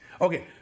Okay